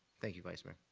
thank you, vice mayor.